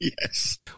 Yes